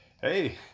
hey